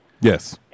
Yes